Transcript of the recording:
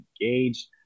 engaged